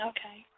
Okay